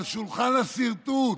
על שולחן הסרטוט,